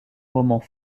moments